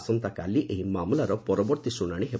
ଆସନ୍ତାକାଲି ଏହି ମାମଲାର ପରବର୍ତ୍ତୀ ଶୁଶାଶି ହେବ